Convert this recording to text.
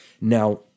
Now